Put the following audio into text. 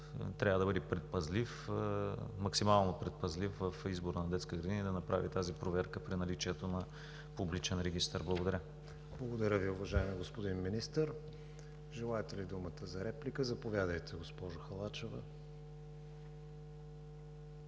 трябва да бъде предпазлив, максимално предпазлив в избора на детска градина и да направи тази проверка при наличието на публичен регистър. Благодаря. ПРЕДСЕДАТЕЛ КРИСТИАН ВИГЕНИН: Благодаря Ви, уважаеми господин Министър. Желаете ли думата за реплика? Заповядайте, госпожо Халачева. ТЕОДОРА